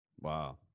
wow